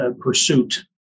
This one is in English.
pursuit